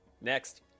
Next